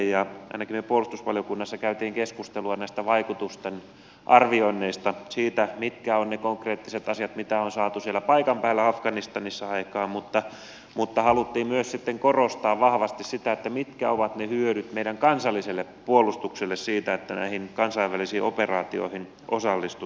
ainakin me puolustusvaliokunnassa kävimme keskustelua näistä vaikutusten arvioinneista siitä mitkä ovat ne konkreettiset asiat mitä on saatu siellä paikan päällä afganistanissa aikaan mutta haluttiin myös korostaa vahvasti sitä mitkä ovat ne hyödyt meidän kansalliselle puolustuksellemme siitä että näihin kansainvälisiin operaatioihin osallistutaan